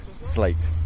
slate